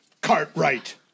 Cartwright